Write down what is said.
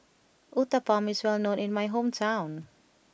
Uthapam is well known in my hometown